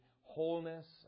wholeness